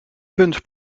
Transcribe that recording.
punt